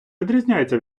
відрізняється